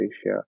Asia